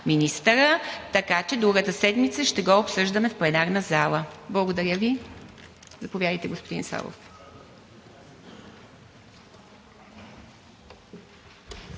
министъра, така че другата седмица ще го обсъждаме в пленарната зала. Благодаря Ви. Заповядайте, господин Славов.